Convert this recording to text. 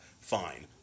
fine